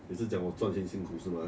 你是讲我赚钱很辛苦是吗